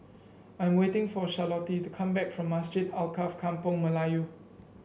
I'm waiting for Charlottie to come back from Masjid Alkaff Kampung Melayu